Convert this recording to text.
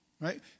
Right